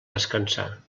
descansar